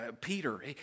Peter